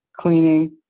cleaning